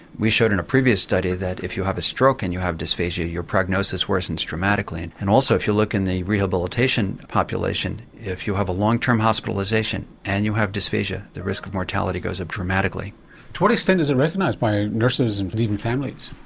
we showed in a previous study that if you have a stroke and you have dysphagia your prognosis worsens dramatically. and and also if you look in the rehabilitation population, if you have a long-term hospitalisation and you have dysphagia, the risk of mortality goes up dramatically. to what extent is it recognised by nurses and but even families?